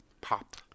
pop